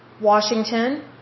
Washington